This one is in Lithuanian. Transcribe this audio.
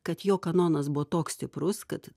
kad jo kanonas buvo toks stiprus kad